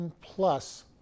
plus